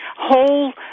whole